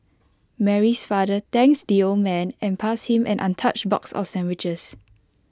Mary's father thanked the old man and passed him an untouched box of sandwiches